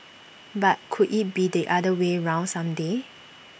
but could IT be the other way round some day